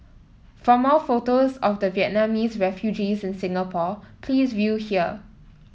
for more photos of the Vietnamese refugees in Singapore please view here